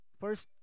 first